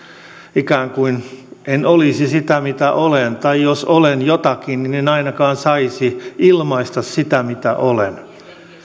ikään kuin en olisi sitä mitä olen tai jos olen jotakin niin en ainakaan saisi ilmaista sitä mitä olen